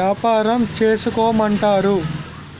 యాపారం చేసుకోమంటారు